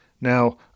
Now